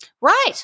Right